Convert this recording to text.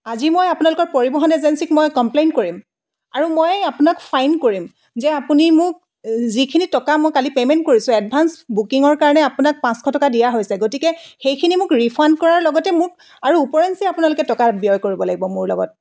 আজি মই আপোনালোকৰ পৰিবহণ এজেঞ্চিক মই কমপ্লেইন কৰিম আৰু মই আপোনাক ফাইন কৰিম যে আপুনি মোক যিখিনি টকা মই কালি পে'মেণ্ট কৰিছোঁ এডভান্স বুকিঙৰ কাৰণে আপোনাক পাঁচশ টকা দিয়া হৈছে গতিকে সেইখিনি মোক ৰিফাণ্ড কৰাৰ লগতে মোক আৰু ওপৰিঞ্চি আপোনালোকে টকা ব্যয় কৰিব লাগিব মোৰ লগত